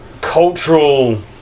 cultural